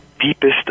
deepest